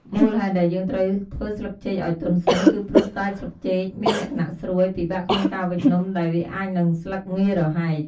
មូលហេតុដែលយើងត្រូវធ្វើស្លឹកចេកឲ្យទន់សិន គឺព្រោះតែស្លឹកចេកមានលក្ខណៈស្រួយ ពិបាកក្នុងការវេចនំ ដែលវាអាចនឹងស្លឹកងាយរហែក។